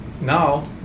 now